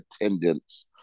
attendance